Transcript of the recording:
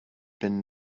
been